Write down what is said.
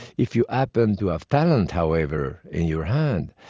if you happen to have talent, however, in your hand,